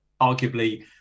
arguably